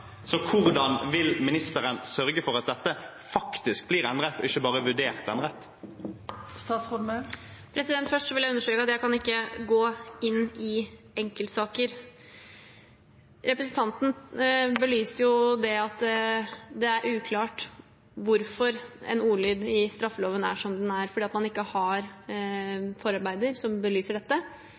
Hvordan vil ministeren sørge for at dette faktisk blir endret, og ikke bare vurdert endret? Først vil jeg understreke at jeg ikke kan gå inn i enkeltsaker. Representanten belyser at det er uklart hvorfor en ordlyd i straffeloven er som den er, fordi man ikke har forarbeider som belyser dette.